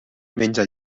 menja